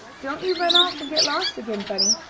don't you run off and get lost again, bunny!